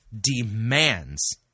demands